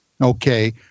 okay